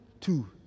Two